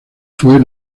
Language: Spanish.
fue